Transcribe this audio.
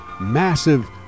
massive